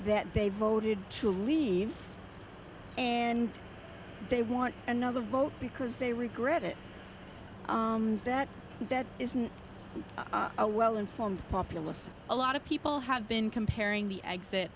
that they voted to leave and they want another vote because they regret it that that isn't a well informed populace a lot of people have been comparing the exit